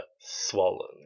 swollen